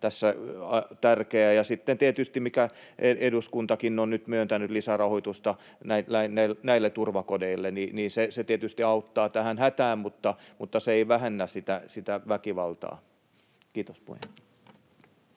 tässä tärkeää, ja sitten tietysti se, että eduskuntakin on nyt myöntänyt lisärahoitusta turvakodeille, tietysti auttaa tähän hätään, mutta se ei vähennä sitä väkivaltaa. — Kiitos, puhemies.